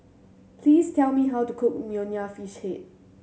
please tell me how to cook Nonya Fish Head